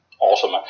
awesome